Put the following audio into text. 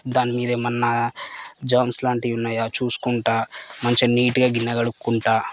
దాని మీద ఎమన్నా జెర్మ్స్ లాంటివి ఉన్నాయా చూసుకుంటాను మంచిగ నీటుగా గిన్నె కడుక్కుంటాను